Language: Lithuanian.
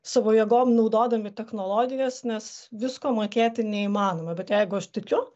savo jėgom naudodami technologijas nes visko mokėti neįmanoma bet jeigu aš tikiu